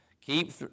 Keep